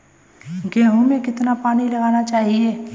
गेहूँ में कितना पानी लगाना चाहिए?